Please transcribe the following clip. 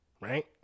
Right